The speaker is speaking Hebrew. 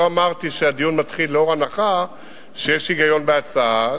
לא אמרתי שהדיון מתחיל לאור הנחה שיש היגיון בהצעה.